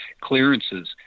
clearances